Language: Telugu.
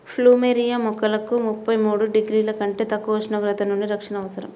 ప్లూమెరియా మొక్కలకు ముప్పై మూడు డిగ్రీల కంటే తక్కువ ఉష్ణోగ్రతల నుండి రక్షణ అవసరం